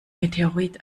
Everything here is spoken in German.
meteorit